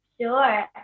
Sure